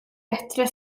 bättre